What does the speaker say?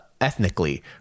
Ethnically